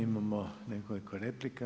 Imamo nekoliko replika.